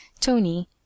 tony